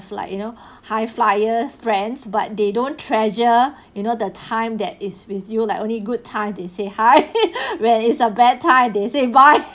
like you know high flyer friends but they don't treasure you know the time that is with you like only good time they say hi when is a bad time they say bye